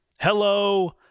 Hello